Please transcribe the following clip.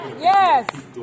Yes